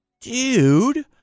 dude